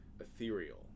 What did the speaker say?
ethereal